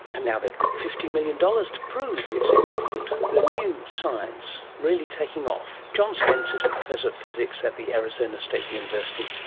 and now they've got fifty million dollars to prove it's important. the new science, really taking off. john spence is professor of physics at the arizona state university,